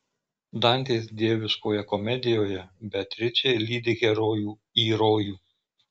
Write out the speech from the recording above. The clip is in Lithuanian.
dantės dieviškoje komedijoje beatričė lydi herojų į rojų